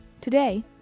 Today